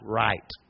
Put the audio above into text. right